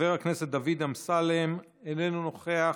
חבר הכנסת דוד אמסלם, איננו נוכח.